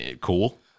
Cool